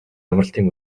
амралтын